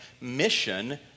mission